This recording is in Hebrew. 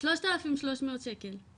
שלושת אלפים שלוש מאות שקל,